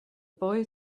boy